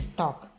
talk